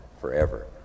forever